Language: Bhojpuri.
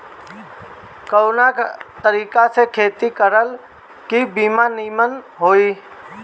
कवना तरीका से खेती करल की फसल नीमन होई?